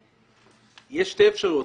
יש שתי אפשרויות,